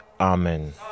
amen